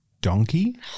donkey